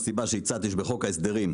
זו הסיבה שהצעתי שבחוק ההסדרים,